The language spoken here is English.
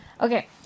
Okay